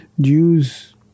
Jews